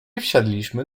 wsiedliśmy